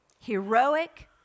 Heroic